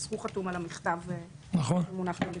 הוא חתום על המכתב המונח בפניכם.